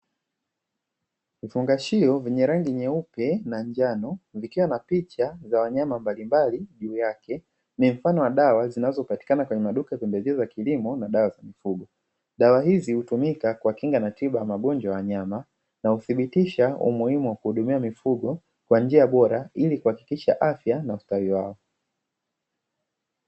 Vifungashio venye rangi nyeupe na njano vikiwa na picha za wanyama mbalimbali juu yake, ni mfano wa dawa zinazopatikana kwenye maduka pembejeo za kilimo na dawa za kufuga. Dawa hizi hutumika kwa kinga na tiba ya magonjwa ya nyama na uthibitisha umuhimu wa kuhudumia mifugo kwa njia bora ili kuhakikisha afya na ustawi wao.